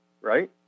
right